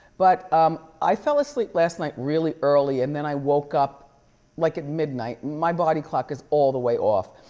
but um i fell asleep last night really early, and then i woke up like at midnight, my body clock is all the way off.